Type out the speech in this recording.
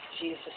Jesus